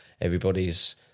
Everybody's